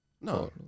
No